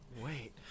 Wait